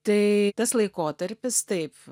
tai tas laikotarpis taip